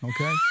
okay